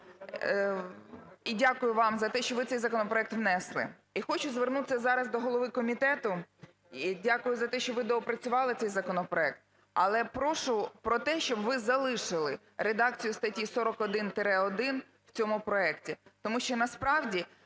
і дякую вам за те, що ви цей законопроект внесли. І хочу звернутися зараз до голови комітету. Дякую за те, що ви доопрацювали цей законопроект, але прошу про те, щоб ви залишили редакцію статті 41-1 в цьому проекті. Тому що насправді